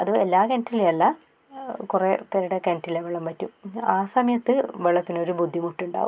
അത് എല്ലാ കിണറ്റിലും അല്ല കുറെ പേരുടെ കിണറ്റിലെ വെള്ളം വറ്റും ആ സമയത്ത് വെള്ളത്തിന് ഒരു ബുദ്ധിമുട്ടുണ്ടാകും